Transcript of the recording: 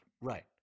Right